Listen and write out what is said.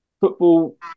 football